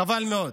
חבל מאוד.